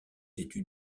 études